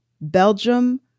Belgium